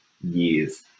years